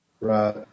Right